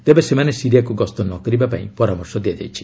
ତେବେ ସେମାନେ ସିରିଆକୁ ଗସ୍ତ ନ କରିବା ପାଇଁ ପରାମର୍ଶ ଦିଆଯାଇଛି